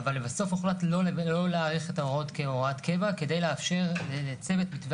אבל לבסוף הוחלט לא להאריך את ההוראות כהוראת קבע כדי לאפשר לצוות מתווה